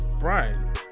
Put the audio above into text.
Brian